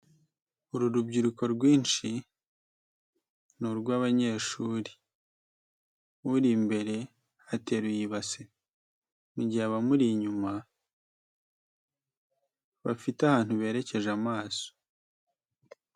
Uru rubyiruko rwinshi ni urw'abanyeshuri, uri imbere ateruye ibasi mu gihe abamuri inyuma bafite ahantu berekeje amaso.